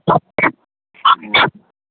ह्म्म